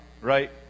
right